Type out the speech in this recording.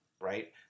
right